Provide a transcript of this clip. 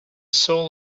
soul